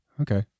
Okay